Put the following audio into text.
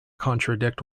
contradict